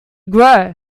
grow